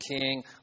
king